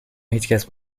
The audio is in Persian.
هیچکس